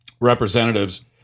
representatives